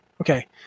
Okay